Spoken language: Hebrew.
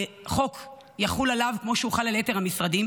שהחוק יחול עליו כמו שהוא חל על יתר המשרדים.